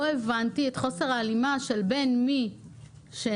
אני לא הבנתי את חוסר ההלימה בין מי שנותן